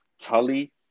Tully